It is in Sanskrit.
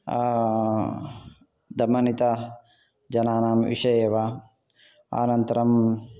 दमनितजनानां विषये वा अनन्तरं